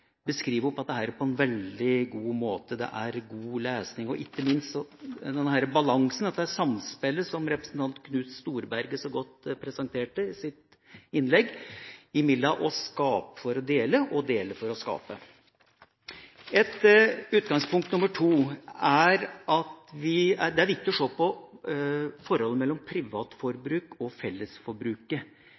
beskriver dette på en veldig god måte. Det er god lesning, og da ikke minst denne balansen, dette samspillet som representanten Knut Storberget så godt presenterte i sitt innlegg, mellom å skape for å dele og å dele for å skape. Et utgangspunkt nummer to er at det er viktig å se på forholdet mellom privat forbruk og fellesforbruket